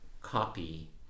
copy